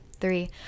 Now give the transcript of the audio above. three